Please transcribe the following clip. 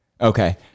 Okay